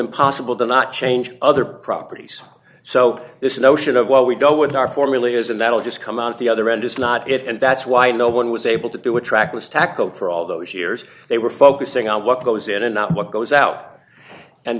impossible to not change other properties so this notion of what we don't want our form really is and that'll just come out the other end it's not it and that's why no one was able to do it trackless tackled for all those years they were focusing on what goes in and not what goes out